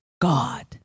God